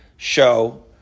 show